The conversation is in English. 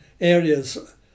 areas